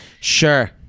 Sure